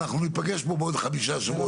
אנחנו ניפגש פה בעוד חמישה שבועות בערך.